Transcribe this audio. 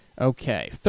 Okay